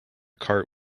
cart